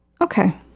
Okay